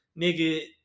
Nigga